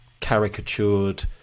caricatured